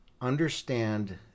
understand